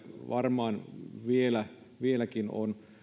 varmaan vieläkin on erilaisia